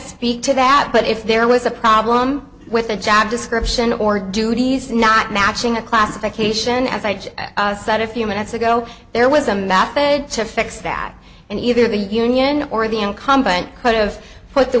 speak to that but if there was a problem with the job description or duties not matching a classification as i said a few minutes ago there was a matter to fix that and either the union or the incumbent could've put the